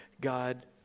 God